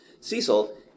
Cecil